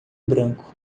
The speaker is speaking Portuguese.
branco